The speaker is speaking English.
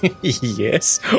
Yes